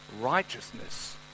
righteousness